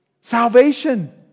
Salvation